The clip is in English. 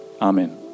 Amen